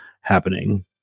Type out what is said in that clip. happening